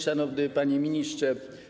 Szanowny Panie Ministrze!